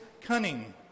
cunning